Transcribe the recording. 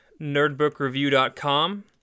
nerdbookreview.com